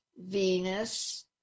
Venus